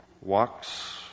walks